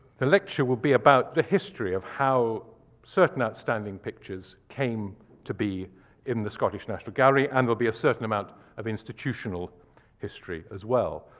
the lecture will be about the history of how certain outstanding pictures came to be in the scottish national gallery, and there will be a certain amount of institutional history as well.